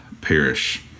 perish